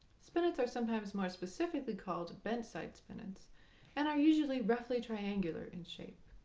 spinets are sometimes more specifically called bentside spinets and are usually roughly triangular in shape.